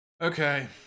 Okay